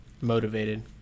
motivated